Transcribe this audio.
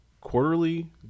quarterly